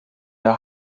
der